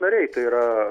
nariai tai yra